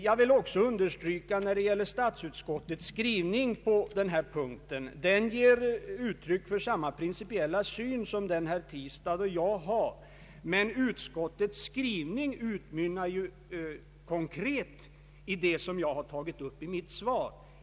Jag vill också understryka att statsutskottets skrivning på denna punkt ger uttryck för samma principiella syn som den herr Tistad och jag har, men utskottets skrivning utmynnar konkret i det som jag har tagit upp i mitt svar.